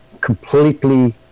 completely